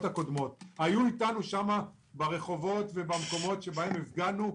חלקם היו איתנו במקומות שבהם הפגנו.